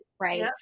right